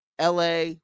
la